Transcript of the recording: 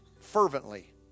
fervently